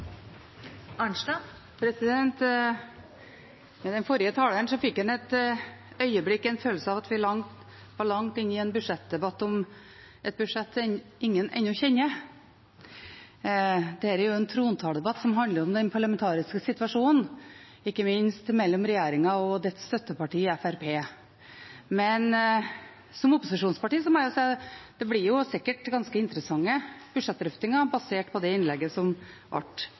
var langt inne i en budsjettdebatt om et budsjett ingen ennå kjenner. Dette er jo en trontaledebatt, som handler om den parlamentariske situasjonen, ikke minst mellom regjeringen og dens støtteparti, Fremskrittspartiet. Men som representant for et opposisjonsparti må jeg si at det sikkert blir ganske interessante budsjettdrøftinger, basert på det innlegget som